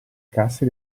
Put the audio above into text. casse